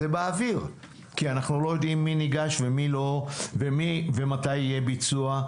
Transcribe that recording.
זה באוויר כי אנחנו לא יודעים מי ניגש ומי לא ומתי יהיה ביצוע,